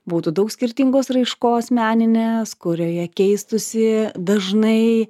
būtų daug skirtingos raiškos meninės kurioje keistųsi dažnai